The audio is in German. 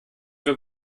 wir